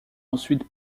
ensuite